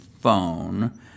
phone